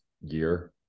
year